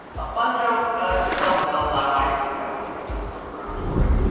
a fun joke to tell with no live audience. it definitely would have groaned for it.